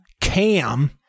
Cam